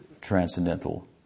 transcendental